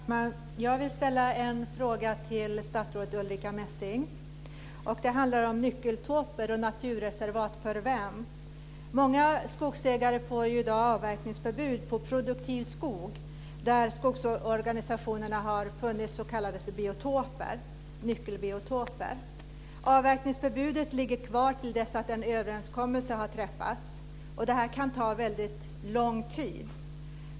Fru talman! Jag vill ställa en fråga till statsrådet Ulrica Messing. Den handlar om nyckelbiotoper och naturreservat. Många skogsägare får ju i dag avverkningsförbud på produktiv skog där skogsorganisationerna har funnit s.k. nyckelbiotoper. Avverkningsförbudet ligger kvar till dess att en överenskommelse har träffats. Det kan ta väldigt lång tid.